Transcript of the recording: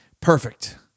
Perfect